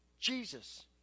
Jesus